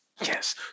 Yes